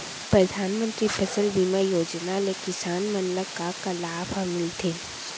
परधानमंतरी फसल बीमा योजना ले किसान मन ला का का लाभ ह मिलथे?